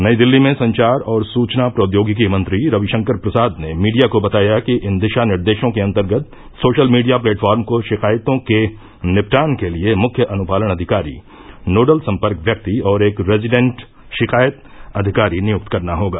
नई दिल्ली में संचार और सूचना प्रौदयोगिकी मंत्री रविशंकर प्रसाद ने मीडिया को बताया कि इन दिशानिर्देशों के अंतर्गत सोशल मीडिया प्लेटफॉर्म को शिकायतों के निपटान के लिए मुख्य अनुपालन अधिकारी नोडल संपर्क व्यक्ति और एक रेजिडेंट शिकायत अधिकारी नियुक्त करना होगा